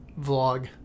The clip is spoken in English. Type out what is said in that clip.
Vlog